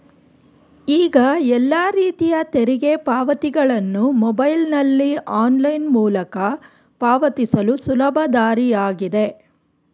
ಈಗ ಎಲ್ಲ ರೀತಿಯ ತೆರಿಗೆ ಪಾವತಿಗಳನ್ನು ಮೊಬೈಲ್ನಲ್ಲಿ ಆನ್ಲೈನ್ ಮೂಲಕ ಪಾವತಿಸಲು ಸುಲಭ ದಾರಿಯಾಗಿದೆ